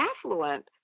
affluent